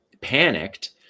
panicked